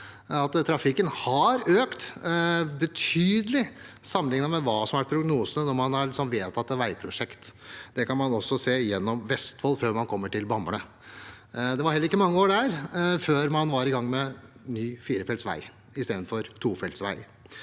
Trafikken har økt betydelig sammenlignet med hva som har vært prognosene når man har vedtatt et veiprosjekt. Det kan man også se i Vestfold, før man kommer til Bamble. Det var heller ikke mange år der før man var i gang med ny firefelts vei istedenfor tofelts vei.